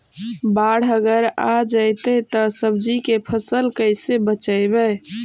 बाढ़ अगर आ जैतै त सब्जी के फ़सल के कैसे बचइबै?